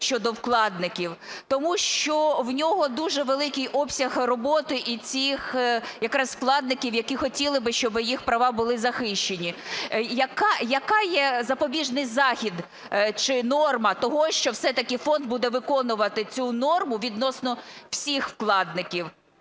щодо вкладників, тому що у нього дуже великий обсяг роботи і цих, якраз, вкладників, які хотіли би, щоб їх права були захищені. Який є запобіжний захід чи норма того, що все-таки фонд буде виконувати цю норму відносно всіх вкладників,